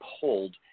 pulled